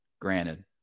Granted